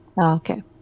Okay